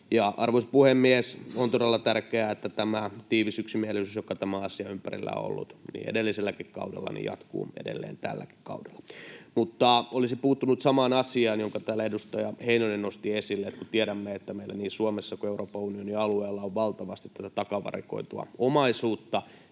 arvoisa puhemies, on todella tärkeää, että tämä tiivis yksimielisyys, joka tämän asian ympärillä on ollut edelliselläkin kaudella, jatkuu edelleen tälläkin kaudella. Olisin puuttunut samaan asiaan, jonka täällä edustaja Heinonen nosti esille. Kun tiedämme, että meillä niin Suomessa kuin Euroopan unionin alueella on valtavasti tätä takavarikoitua omaisuutta,